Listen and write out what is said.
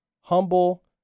humble